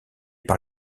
par